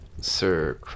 Sir